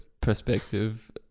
perspective